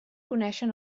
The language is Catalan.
conèixer